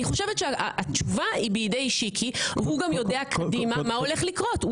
אני חושבת שהתשובה בידי שיקי והוא גם יודע קדימה מה הולך לקרות.